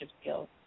skills